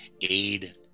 aid